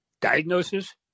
diagnosis